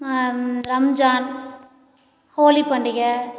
ரம்ஜான் ஹோலி பண்டிகை